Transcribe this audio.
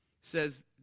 says